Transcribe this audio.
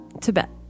Tibet